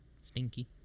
Stinky